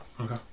Okay